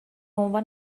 عنوان